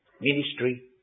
ministry